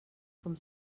com